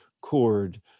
chord